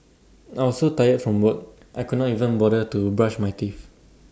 I was so tired from work I could not even bother to brush my teeth